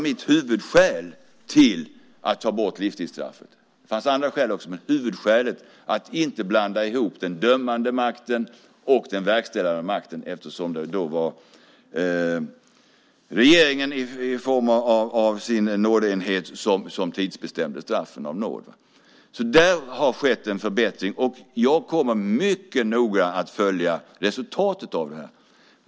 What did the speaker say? Mitt huvudskäl till att ta bort livstidsstraffet var att inte blanda ihop den dömande makten och den verkställande makten. Det var regeringen i form av sin nådeenhet som tidsbestämde straffen av nåd. Där har det skett en förbättring. Jag kommer att följa resultatet av det mycket noga.